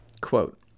Quote